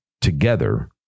together